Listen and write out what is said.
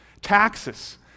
Taxes